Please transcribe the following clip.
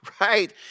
right